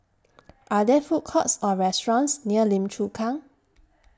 Are There Food Courts Or restaurants near Lim Chu Kang